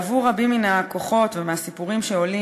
עבור רבים מן הכוחות ומהסיפורים שעולים,